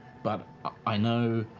but i know